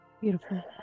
Beautiful